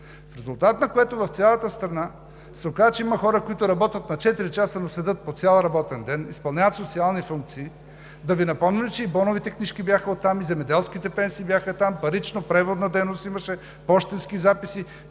В резултат на което в цялата страната се оказа, че има хора, които работят на четири часа, но седят по цял работен ден, изпълняват социални функции. Да Ви напомня ли, че и боновите книжки бяха там, и земеделските пенсии бяха там, парично преводна дейност имаше, пощенски записи.